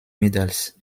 medals